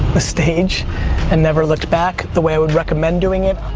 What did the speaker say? the stage and never looked back. the way i would recommend doing it,